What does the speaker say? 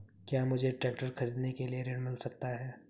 क्या मुझे ट्रैक्टर खरीदने के लिए ऋण मिल सकता है?